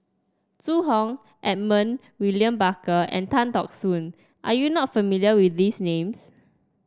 Zhu Hong Edmund William Barker and Tan Teck Soon are you not familiar with these names